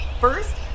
first